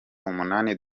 umunani